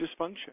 dysfunction